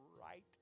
right